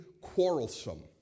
quarrelsome